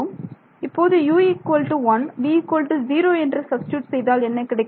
இப்போது u1 v0 என்று substitute செய்தால் என்ன கிடைக்கும்